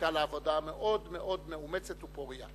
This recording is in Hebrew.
שהיתה לה עבודה מאוד מאוד מאומצת ופורייה.